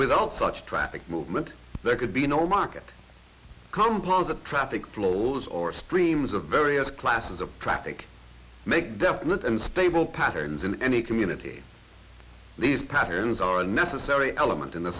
without such traffic movement there could be no market composite traffic flows or streams of various classes of traffic make definite and stable patterns in any community these patterns are a necessary element in the